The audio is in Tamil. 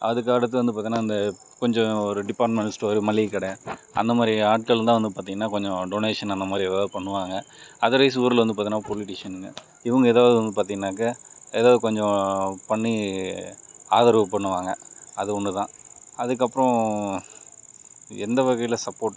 அதுக்கு அடுத்தது வந்து பார்த்தீனா இந்த கொஞ்சம் ஒரு டிபார்ட்மெண்ட் ஸ்டோரு மளிககடை அந்த மாதிரி ஆட்கள் தான் வந்து பார்த்தீங்கனா கொஞ்சம் டொனேஷன் அந்த மாதிரி ஏதாவது பண்ணுவாங்கள் அதர்வைஸ் ஊரில் வந்து பார்த்தீனா பொலிட்டிஷியனுங்க இவங்க ஏதாவது வந்து பார்த்தீங்கனாக்கா ஏதாவது கொஞ்சம் பண்ணி ஆதரவு பண்ணுவாங்க அது ஒன்று தான் அதுக்கப்புறம் எந்த வகையில் சப்போர்ட்